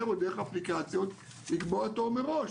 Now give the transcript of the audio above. או דרך אפליקציות לקבוע תור מראש.